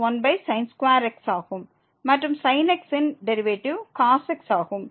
மற்றும் sin x இன் derivative cos x ஆகும்